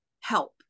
help